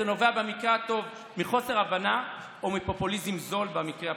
זה נובע מחוסר הבנה במקרה הטוב או מפופוליזם זול במקרה הפחות-טוב.